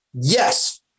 Yes